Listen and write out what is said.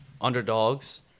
underdogs